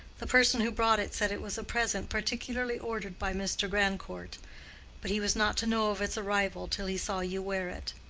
the person who brought it said it was a present particularly ordered by mr. grandcourt but he was not to know of its arrival till he saw you wear it.